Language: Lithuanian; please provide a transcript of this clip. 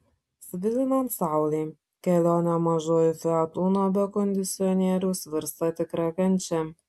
svilinant saulei kelionė mažuoju fiat uno be kondicionieriaus virsta tikra kančia